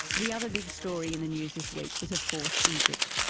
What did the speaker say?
the other big story in the news this week was, of course, egypt.